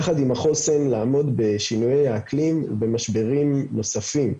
יחד עם החוסן לעמוד בשינויי האקלים ובמשברים נוספים.